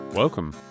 Welcome